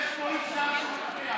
פה איש זר שמפריע.